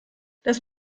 das